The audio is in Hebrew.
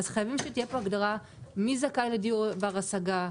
חייבים שתהיה פה הגדרה: מי זכאי לדיור בר השגה,